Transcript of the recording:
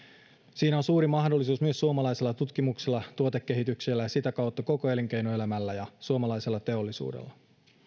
siinä on suuri mahdollisuus myös suomalaisella tutkimuksella tuotekehityksellä ja sitä kautta koko elinkeinoelämällä ja suomalaisella teollisuudella